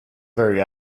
very